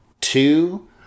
two